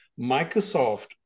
Microsoft